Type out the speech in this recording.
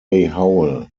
howell